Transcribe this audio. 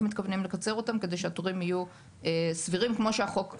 ואיך מתכוונים לקצר אותם כדי שהתורים יהיו סבירים כמו שהחוק מחייב.